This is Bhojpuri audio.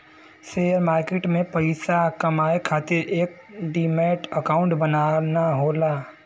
शेयर मार्किट में पइसा कमाये खातिर एक डिमैट अकांउट बनाना होला